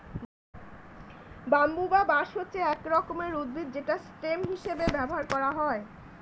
bamboo বা বাঁশ হচ্ছে এক রকমের উদ্ভিদ যেটা স্টেম হিসেবে ব্যবহার করা হয়